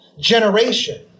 generation